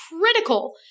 critical